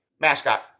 Mascot